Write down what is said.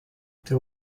there